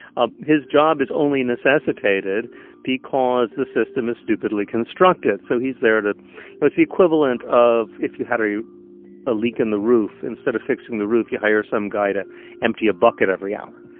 ah his job is only necessitated because the system is stupidly constructed. so he's there to it's the equivalent of if you had a leak in the roof, instead of fixing the roof, you hire some guy to empty a bucket every hour.